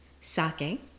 sake